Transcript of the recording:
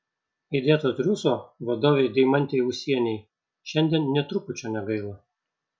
įdėto triūso vadovei deimantei ūsienei šiandien nė trupučio negaila